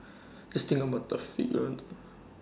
just think about that figure